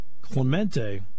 Clemente